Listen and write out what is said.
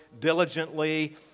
diligently